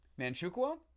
Manchukuo